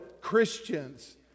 Christians